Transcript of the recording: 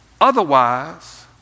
Otherwise